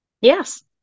Yes